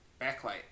backlight